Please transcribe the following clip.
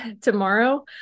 tomorrow